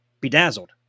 bedazzled